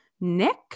Nick